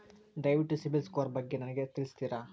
ದಯವಿಟ್ಟು ಸಿಬಿಲ್ ಸ್ಕೋರ್ ಬಗ್ಗೆ ನನಗೆ ತಿಳಿಸ್ತೀರಾ?